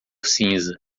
cinza